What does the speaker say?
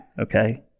Okay